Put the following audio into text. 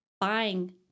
buying